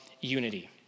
unity